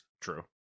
True